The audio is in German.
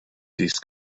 dies